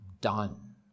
done